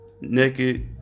naked